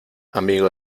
amigo